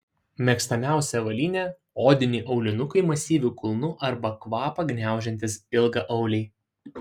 mėgstamiausia avalynė odiniai aulinukai masyviu kulnu arba kvapą gniaužiantys ilgaauliai